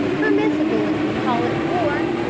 permissible if you call it war,